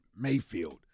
Mayfield